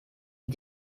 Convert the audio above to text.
wie